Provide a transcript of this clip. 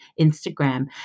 Instagram